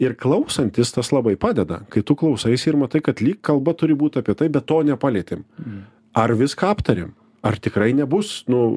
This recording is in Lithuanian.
ir klausantis tas labai padeda kai tu klausaisi ir matai kad lyg kalba turi būt apie tai bet to nepalietėm ar viską aptarėm ar tikrai nebus nu